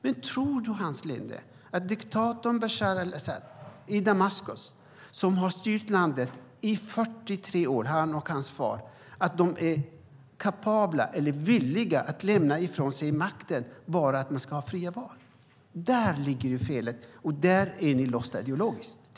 Men tror du, Hans Linde, att diktatorn Bashar al-Asad i Damaskus, som har styrt landet i 43 år, han och hans far, är villiga att lämna ifrån sig makten bara för att det ska vara fria val? Där ligger felet, och där är ni tyvärr låsta ideologiskt.